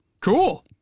Cool